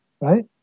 right